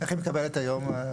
איך היא מקבלת היום?